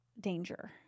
danger